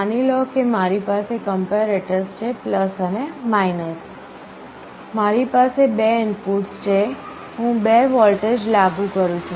માની લો કે મારી પાસે કંપેરેટર્સ છે અને મારી પાસે બે ઇનપુટ્સ છે હું બે વોલ્ટેજ લાગુ કરું છું